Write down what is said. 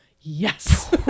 yes